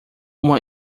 uma